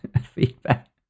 feedback